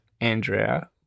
Andrea